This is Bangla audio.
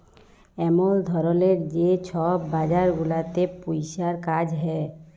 এমল ধরলের যে ছব বাজার গুলাতে পইসার কাজ হ্যয়